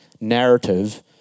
narrative